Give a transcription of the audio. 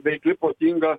veikli protinga